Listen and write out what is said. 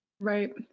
Right